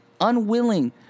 unwilling